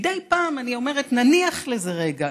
מדי פעם אני אומרת: נניח לזה רגע,